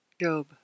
Job